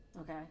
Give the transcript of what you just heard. Okay